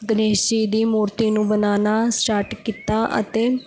ਗਣੇਸ਼ ਜੀ ਦੀ ਮੂਰਤੀ ਨੂੰ ਬਣਾਉਣਾ ਸਟਾਰਟ ਕੀਤਾ ਅਤੇ